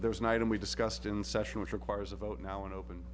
there's an item we discussed in session which requires a vote now an open